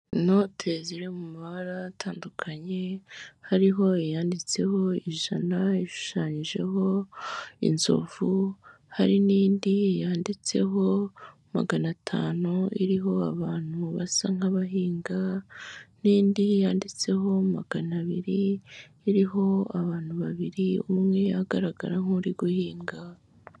Inote ziri mu mabara atandukanye, hariho yanditseho ijana, ishushanyijeho inzovu, hari n'indi yanditseho magana atanu iriho abantu basa nk'abahinga, n'indi yanditseho magana abiri iriho abantu babiri, umwe agaragara nk'uri guhinga,